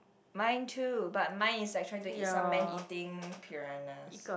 mine too but mine is like trying to eat some man eating piranhas